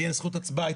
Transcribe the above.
לי אין זכות הצבעה.